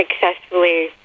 successfully